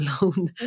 alone